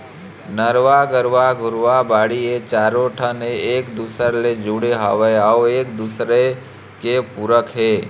नरूवा, गरूवा, घुरूवा, बाड़ी ए चारों ठन ह एक दूसर ले जुड़े हवय अउ एक दूसरे के पूरक हे